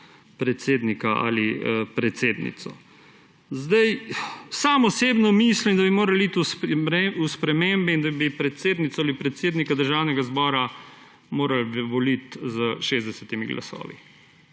predsednika ali predsednico. Sam osebno mislim, da bi morali iti v spremembe in bi predsednico ali predsednika Državnega zbora volili s 60 glasovi.